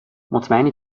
مطمئنی